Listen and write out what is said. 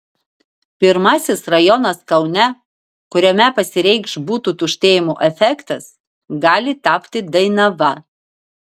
pirmasis rajonas kaune kuriame pasireikš butų tuštėjimo efektas gali tapti dainava